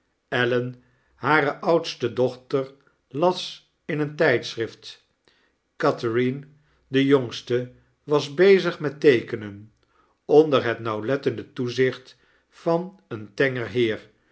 ellen hare oudste dochter las in een tijdschrift catherine de jongste was bezig met teekenen onder het nauwlettende toezicht van een tenger heer